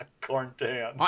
Corn-tan